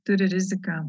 turi riziką